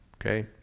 okay